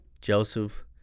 Joseph